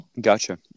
Gotcha